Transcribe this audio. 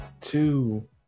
two